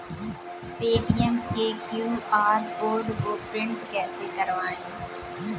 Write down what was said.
Paytm के QR code को print कैसे करवाएँ?